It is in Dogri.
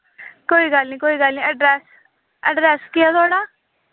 कोई गल्ल निं कोई गल्ल निं एड्रेस केह् ऐ थुआढ़ा